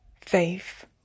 faith